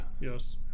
Yes